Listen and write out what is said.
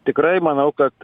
tikrai manau kad